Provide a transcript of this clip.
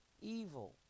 evil